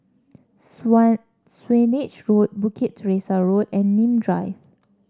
Swanage Road Bukit Teresa Road and Nim Drive